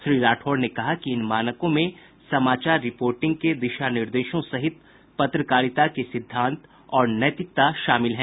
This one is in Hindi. श्री राठौड़ ने कहा कि इन मानकों में समाचार रिपोर्टिंग के दिशा निर्देशों सहित पत्रकारिता के सिद्धांत और नैतिकता शामिल हैं